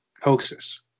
hoaxes